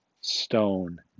stone